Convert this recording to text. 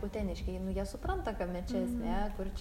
uteniškiai nu jie supranta kame čia esmė kur čia